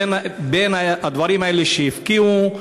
בין הדברים האלה שהפקיעו,